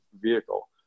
vehicle